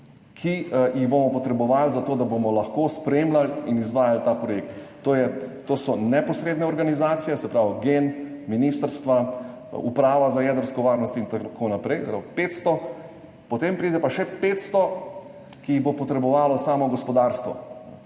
ki jih bomo potrebovali, zato da bomo lahko spremljali in izvajali ta projekt. To so neposredne organizacije, se pravi GEN, ministrstva, Uprava za jedrsko varnost in tako naprej. Se pravi 500. Potem pride pa še 500, ki jih bo potrebovalo samo gospodarstvo.